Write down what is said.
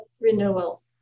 renewal